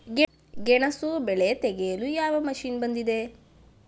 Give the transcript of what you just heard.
ಗೆಣಸು ಬೆಳೆ ತೆಗೆಯಲು ಯಾವ ಮಷೀನ್ ಬಂದಿದೆ?